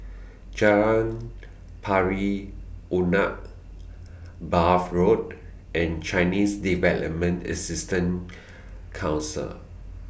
Jalan Pari Unak Bath Road and Chinese Development Assistance Council